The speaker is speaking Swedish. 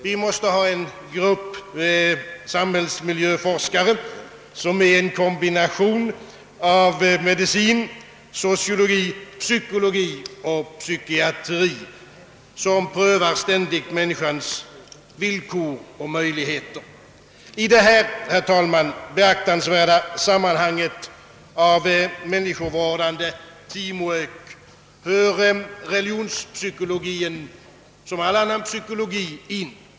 Vi måste ha en grupp samhällsmiljöforskare som i en kombination av medicin, sociologi, psykologi och psykiatri ständigt prövar människans villkor och möjligheter. I detta beaktansvärda sammanhang av människovårdande teamwork kommer religionspsykologien liksom all annan psykologi in.